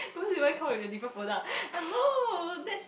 come with the different product hello that's